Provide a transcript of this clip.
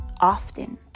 often